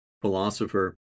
philosopher